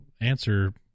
answer